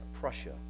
Prussia